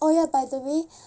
oh ya by the way